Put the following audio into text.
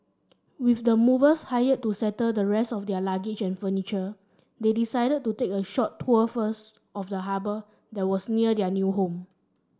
with the movers hired to settle the rest of their luggage and furniture they decided to take a short tour first of the harbour that was near their new home